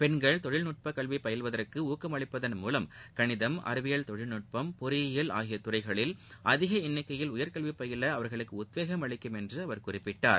பெண்கள் தொழிற்நுட்ப கல்வி பயில்வதற்கு ஊக்கமளிப்பதன் மூலம் கணிதம் அறிவியல் தொழிற்நுட்பம் பொறியியல் ஆகிய துறைகளில் அதிக எண்ணிக்கையில் உயர்கல்வி பயில அவர்களுக்கு உத்வேகம் அளிக்கும் என்று அவர் குறிப்பிட்டார்